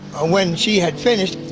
when she had finished,